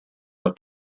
los